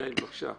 יעל, בבקשה.